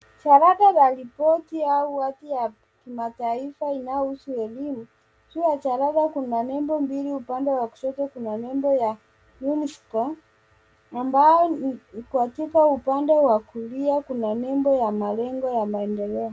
Jalada la ripoti au wodi ya kimataifa inayohusu elimu. Juu ya jalada kuna nembo mbili upande wa kushoto kuna nembo ya UNISCORE ambayo iko katika upande wa kulia kuna nembo ya malengo ya maendeleo.